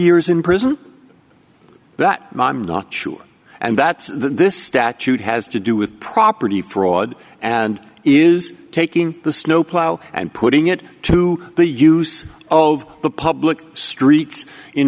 years in prison that i'm not sure and that this statute has to do with property fraud and is taking the snowplow and putting it to the use of the public streets in